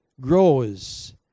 grows